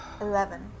Eleven